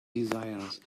desires